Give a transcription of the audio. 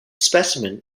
specimen